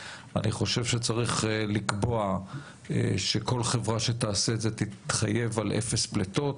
צריך לקבוע שכל חברה שתעשה את זה תתחייב על אפס פליטות